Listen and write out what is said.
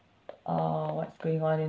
uh what's going on in